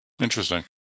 Interesting